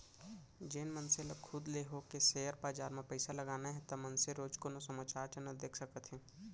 जेन मनसे ल खुद ले होके सेयर बजार म पइसा लगाना हे ता मनसे रोजे कोनो समाचार चैनल देख सकत हे